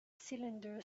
cylinder